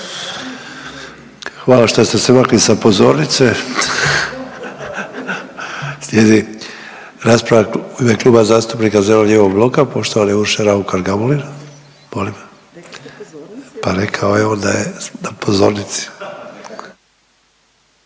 Hvala šta ste se makli sa pozornice. Slijedi rasprava u ime Kluba zastupnika zeleno-lijevog bloka poštovane Urše Raukar Gamulin. Molim? Pa rekao je on da je na pozornici.